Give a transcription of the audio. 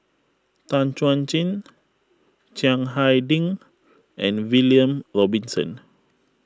Tan Chuan Jin Chiang Hai Ding and William Robinson